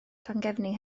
llangefni